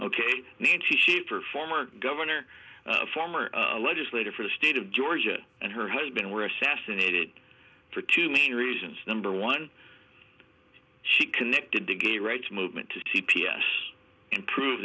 ok nancy sheaffer former governor former legislator for the state of georgia and her husband were assassinated for two main reasons number one she connected to gay rights movement to c p s and prove